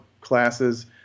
classes